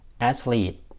athlete